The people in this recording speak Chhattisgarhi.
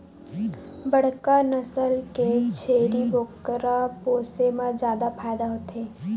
बड़का नसल के छेरी बोकरा पोसे म जादा फायदा होथे